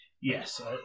Yes